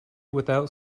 without